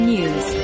News